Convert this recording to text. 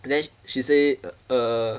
and then she say uh err